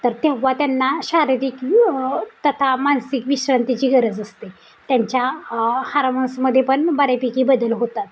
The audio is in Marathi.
तर तेव्हा त्यांना शारीरिक तथा मानसिक विश्रांतीची गरज असते त्यांच्या हारमोन्समध्ये पण बऱ्यापैकी बदल होतात